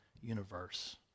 universe